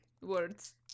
Words